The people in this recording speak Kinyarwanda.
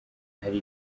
hari